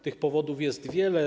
Tych powodów jest wiele.